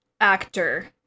actor